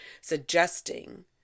suggesting